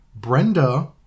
Brenda